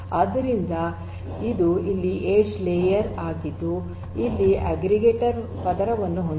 ಆದ್ದರಿಂದ ಇದು ಇಲ್ಲಿ ಎಡ್ಜ್ ಲೇಯರ್ ಆಗಿದ್ದು ಇಲ್ಲಿ ಅಗ್ರಿಗೇಟರ್ ಪದರವನ್ನು ಹೊಂದಿದೆ